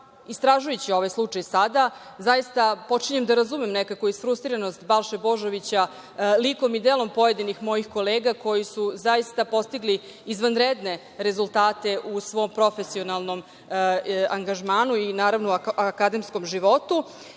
istražujući ovaj slučaj sada zaista počinjem da razumem nekako izfrustriranost Balše Božovića likom i delom pojedinih mojih kolega koji su zaista postigli izvanredne rezultate u svom profesionalnom angažmanu i naravno akademskom životu,